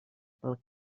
pel